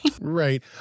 Right